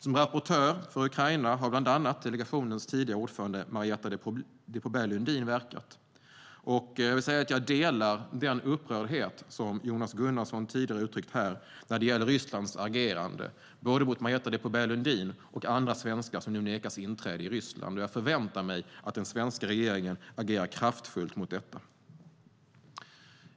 Som rapportör för Ukraina har bland andra delegationens tidigare ordförande, Marietta de Pourbaix-Lundin, verkat. Jag delar den upprördhet som Jonas Gunnarsson tidigare uttryckte här när det gäller Rysslands agerande både mot Marietta de Pourbaix-Lundin och mot andra svenskar som nu nekas inträde i Ryssland. Jag förväntar mig att den svenska regeringen agerar kraftfullt mot detta.